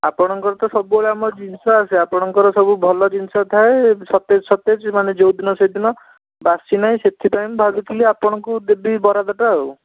ଆପଣଙ୍କର ତ ସବୁବେଳେ ଆମର ଜିନିଷ ଆସେ ଆପଣଙ୍କର ସବୁ ଭଲ ଜିନିଷ ଥାଏ ସତେଜ ସତେଜ ମାନେ ଯେଉଁଦିନ ସେଇ ଦିନ ବାସି ନାହିଁ ସେଥିପାଇଁ ମୁଁ ଭାବିଥିଲି ଆପଣଙ୍କୁ ଦେବି ବରାଦଟା ଆଉ